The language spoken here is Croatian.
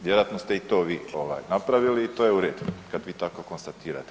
Vjerojatno ste i to vi ovaj napravili i to je u redu kad vi tako konstatirate.